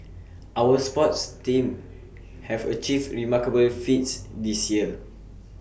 our sports teams have achieved remarkable feats this year